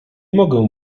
mogę